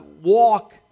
walk